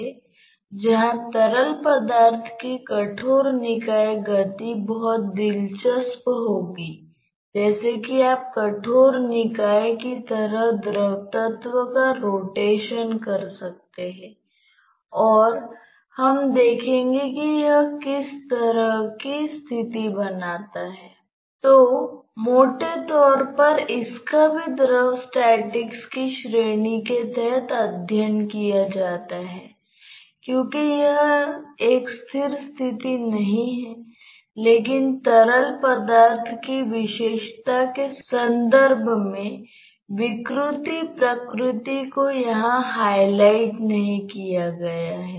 तो जो भी तरल पदार्थ प्रवेश करता है अब शायद आधा दाएं में प्रवेश करता है और आधा बाएं में प्रवेश करता है